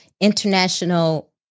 International